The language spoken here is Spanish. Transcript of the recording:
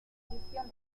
división